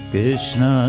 Krishna